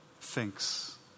thinks